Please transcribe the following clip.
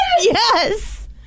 Yes